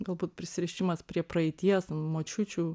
galbūt prisirišimas prie praeities močiučių